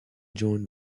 joint